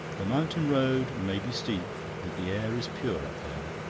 the mountain road may be steep, but the air is pure up there,